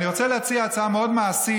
ואני רוצה להציע הצעה מאוד מעשית,